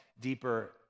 deeper